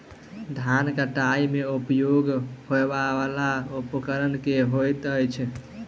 धान कटाई मे उपयोग होयवला उपकरण केँ होइत अछि?